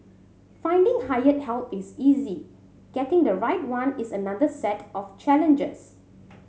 finding hired help is easy getting the right one is another set of challenges